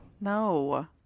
No